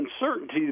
uncertainty